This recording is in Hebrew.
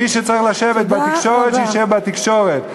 מי שצריך לשבת בתקשורת שישב בתקשורת,